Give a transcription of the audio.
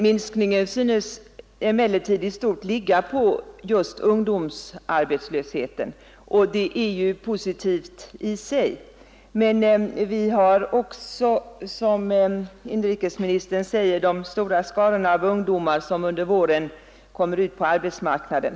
Minskningen synes emellertid i stort ligga på just ungdomsarbetslösheten, och det är ju positivt i sig. Men vi har också, som inrikesministern säger, de stora skarorna av ungdomar som under våren kommer ut på arbetsmarknaden.